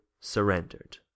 surrendered